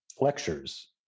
lectures